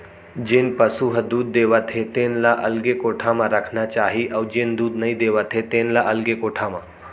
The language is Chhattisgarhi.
जेन पसु ह दूद देवत हे तेन ल अलगे कोठा म रखना चाही अउ जेन दूद नइ देवत हे तेन ल अलगे कोठा म